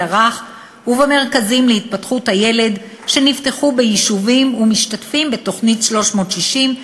הרך ובמרכזים להתפתחות הילד שנפתחו ביישובים המשתתפים ב"תוכנית 360",